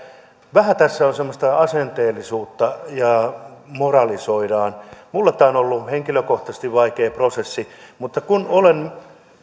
vähän tässä on semmoista asenteellisuutta ja moralisoidaan minulle tämä on ollut henkilökohtaisesti vaikea prosessi mutta kun olen